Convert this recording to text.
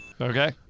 Okay